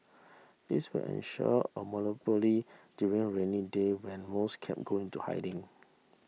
this will ensure a monopoly during rainy day when most cab go into hiding